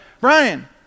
Brian